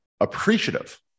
appreciative